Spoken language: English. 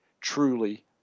truly